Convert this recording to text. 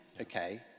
okay